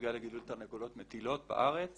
בנוגע לגידול תרנגולות מטילות בארץ,